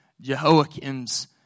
Jehoiakim's